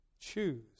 choose